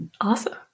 Awesome